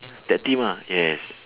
tag team ah yes